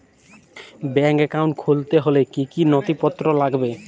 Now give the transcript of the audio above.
Bank account খুলতে হলে কি কি নথিপত্র লাগবে?